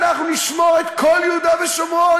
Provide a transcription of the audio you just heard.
אנחנו נשמור את כל יהודה ושומרון,